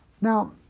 Now